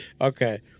Okay